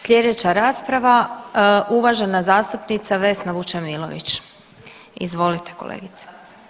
Slijedeća rasprava uvažena zastupnica Vesna Vučemilović, izvolite kolegice.